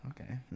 Okay